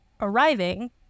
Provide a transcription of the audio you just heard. arriving